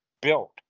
built